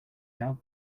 out